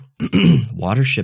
Watership